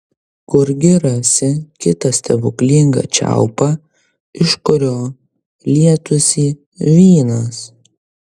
kurgi rasi kitą stebuklingą čiaupą iš kurio lietųsi vynas